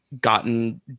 gotten